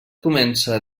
comença